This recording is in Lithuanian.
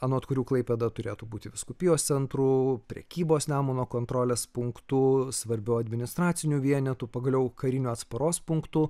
anot kurių klaipėda turėtų būti vyskupijos centru prekybos nemuno kontrolės punktu svarbiu administraciniu vienetu pagaliau kariniu atsparos punktu